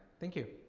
thank you.